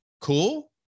Cool